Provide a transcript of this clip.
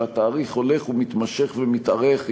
כשהבדיקה הולכת ומתמשכת ומתארכת,